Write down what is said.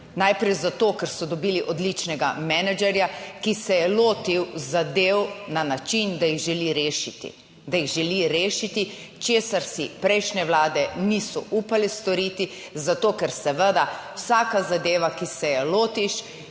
Najprej zato, ker so dobili odličnega menedžerja, ki se je lotil zadev na način, da jih želi rešiti, da jih želi rešiti, česar si prejšnje vlade niso upale storiti, zato ker seveda vsaka zadeva, ki se je lotiš,